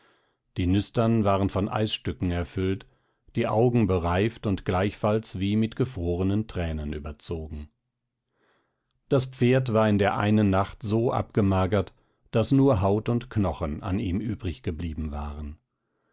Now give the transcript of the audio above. die nüstern waren von eisstücken erfüllt die augen bereift und gleichfalls wie mit gefrorenen tränen überzogen das pferd war in der einen nacht so abgemagert daß nur haut und knochen an ihm übriggeblieben waren